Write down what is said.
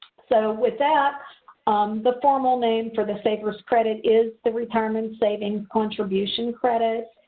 so, without, the formal name for the savers credit is the retirement savings contributions credit.